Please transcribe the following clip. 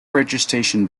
registration